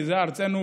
כי זו ארצנו,